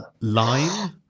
Lime